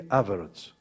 average